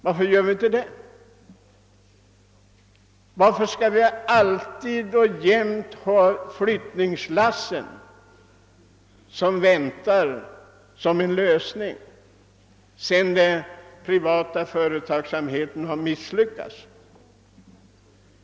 Varför skall flyttlassen alltid utgöra lösningen när den privata företagsamheten misslyckats?